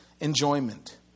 enjoyment